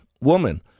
Woman